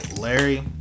larry